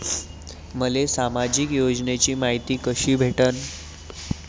मले सामाजिक योजनेची मायती कशी भेटन?